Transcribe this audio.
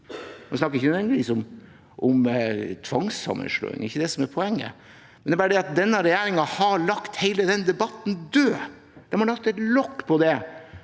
Vi snakker ikke om tvangssammenslåing, det er ikke det som er poenget, det er bare det at denne regjeringen har lagt hele den debatten død. Den har lagt lokk på det